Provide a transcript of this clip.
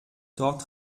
dort